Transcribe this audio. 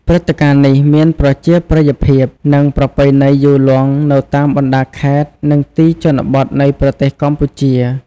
ព្រឹត្តិការណ៍នេះមានប្រជាប្រិយភាព និងប្រពៃណីយូរលង់នៅតាមបណ្តាខេត្ត និងទីជនបទនៃប្រទេសកម្ពុជា។